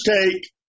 take